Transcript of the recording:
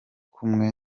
kumwe